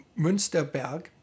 Münsterberg